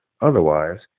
otherwise